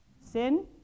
sin